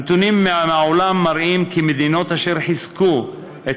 הנתונים מהעולם מראים כי מדינות אשר חיזקו את